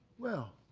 well,